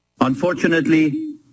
Unfortunately